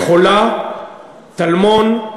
מחולה, טלמון,